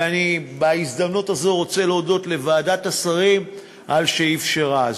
ואני בהזדמנות הזאת רוצה להודות לוועדת השרים על שאפשרה זאת.